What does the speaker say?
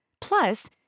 Plus